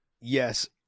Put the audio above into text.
Yes